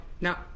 Now